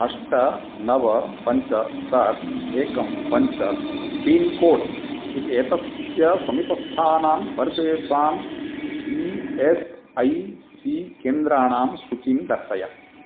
अष्ट नव पञ्च षट् एकं पञ्च पिन्कोड् इति एतस्य समीपस्थानां सर्वेषाम् ई एस् ऐ सी केन्द्राणां सूचीं दर्शय